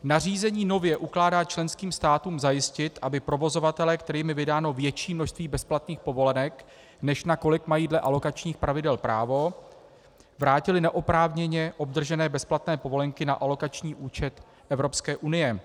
Nařízení nově ukládá členským státům zajistit, aby provozovatelé, kterým je vydáno větší množství bezplatných povolenek, než na kolik mají dle alokačních pravidel právo, vrátili neoprávněně obdržené bezplatné povolenky na alokační účet Evropské unie.